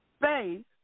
faith